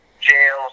jails